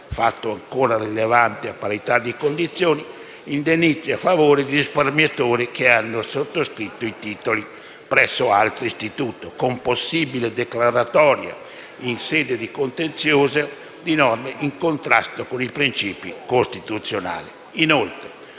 fatto ancor più rilevante - a parità di condizione, indennizzi a favore di risparmiatori che hanno sottoscritto i titoli presso altri istituti, con possibile declaratoria in sede di contenzioso di norme in contrasto con i principi costituzionali.